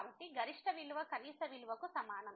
కాబట్టి గరిష్ట విలువ కనీస విలువ కు సమానం